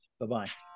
Bye-bye